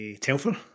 Telfer